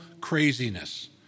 craziness